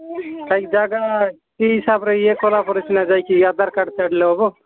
ସେଇ ଜାଗା ହିସାବରେ ଇଏ କଲାପରେ ସିନା ଯାଇଛି କି ଆଧାର କାର୍ଡ୍ କାଢ଼ିଲେ ହେବ